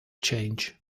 change